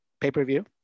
pay-per-view